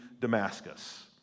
Damascus